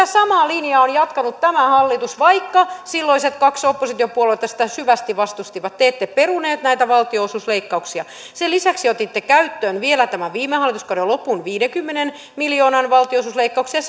samaa linjaa on jatkanut tämä hallitus vaikka silloiset kaksi oppositiopuoluetta sitä syvästi vastustivat te ette peruneet näitä valtionosuusleikkauksia sen lisäksi otitte käyttöön vielä tämän viime hallituskauden lopun viidenkymmenen miljoonan valtionosuusleikkauksen ja